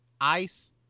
ice